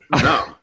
no